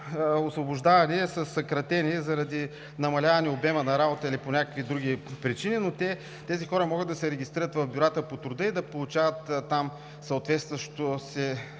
освобождаване са съкратени заради намаляване обема на работа или по някакви други причини, но тези хора могат да се регистрират в бюрата по труда и да получават там съответстващото